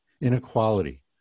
inequality